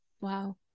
Wow